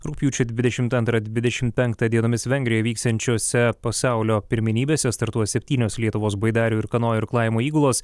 rugpjūčio dvidešimt antrą dvidešim penktą dienomis vengrijoje vyksiančiose pasaulio pirmenybėse startuos septynios lietuvos baidarių ir kanojų irklavimo įgulos